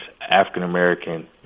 African-American